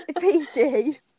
pg